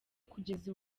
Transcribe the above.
kugeza